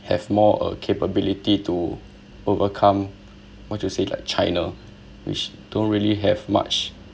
have more uh capability to overcome what you said like china which don't really have much much